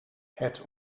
het